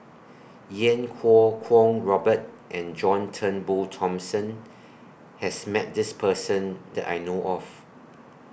Yan Kuo Kwong Robert and John Turnbull Thomson has Met This Person that I know of